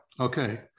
okay